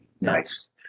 Nice